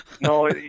No